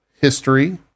history